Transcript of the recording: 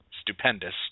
stupendous